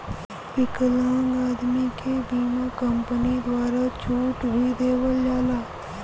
विकलांग आदमी के बीमा कम्पनी द्वारा कुछ छूट भी देवल जाला